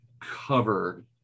covered